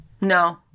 No